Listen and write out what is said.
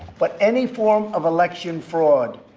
but any form of election fraud,